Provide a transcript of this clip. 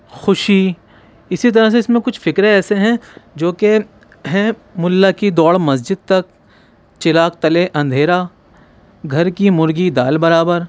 خوشی اسی طرح سے اس میں کچھ فقرے ایسے ہیں جو کہ ہیں ملا کی دوڑ مسجد تک چراغ تلے اندھیرا گھر کی مرغی دال برابر